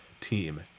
team